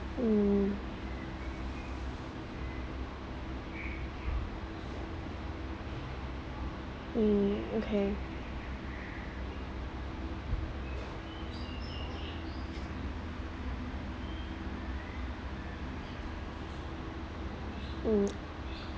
mm mm okay mm